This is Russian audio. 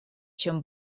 чем